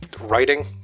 writing